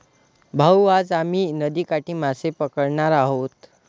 भाऊ, आज आम्ही नदीकाठी मासे पकडणार आहोत